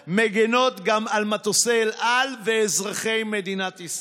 מגינות גם על מטוסי אל על ואזרחי מדינת ישראל.